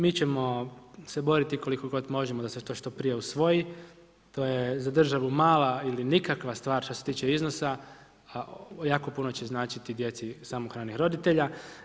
Mi ćemo se boriti koliko god možemo da se to što prije usvoji, to je za državu mala ili nikakva stvar što se tiče iznosa, a jako puno će značiti djeci samohranih roditelja.